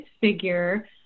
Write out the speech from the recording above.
figure